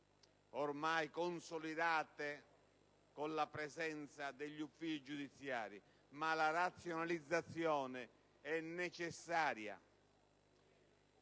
consolidate con la presenza degli uffici giudiziari: ma la razionalizzazione è necessaria.